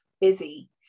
busy